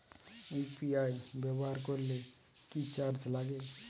UPI ব্যবহার করলে কি চার্জ লাগে?